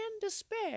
despair